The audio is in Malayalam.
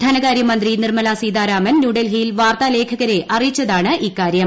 ധനകാര്യമന്ത്രി നിർമ്മലാ സീതാരാമൻ ന്യൂഡൽഹിയിൽ വാർത്താലേഖകരെ അറിയിച്ചതാണ് ഇക്കാര്യം